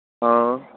हां